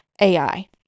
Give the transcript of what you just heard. AI